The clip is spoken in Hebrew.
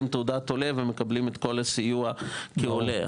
תעודת עולה ומקבלים את כל הסיוע כעולה.